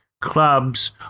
clubs